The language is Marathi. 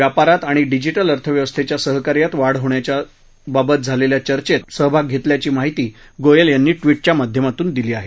व्यापारात आणि डिजिटल अर्थव्यवस्थेच्या सहकार्यात वाढ होण्याबाबत झालेल्या चर्चेत सहभाग घेतल्याची माहिती गोयल यांनी ट्विटच्या माध्यमातून दिली आहे